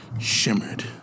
shimmered